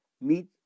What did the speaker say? Meet